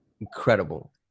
Incredible